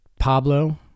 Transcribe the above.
Pablo